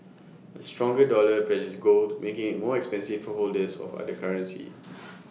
A stronger dollar pressures gold making IT more expensive for holders of other currencies